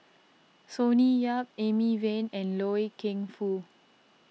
Sonny Yap Amy Van and Loy Keng Foo